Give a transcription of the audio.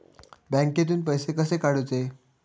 बँकेतून पैसे कसे काढूचे?